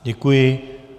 Děkuji.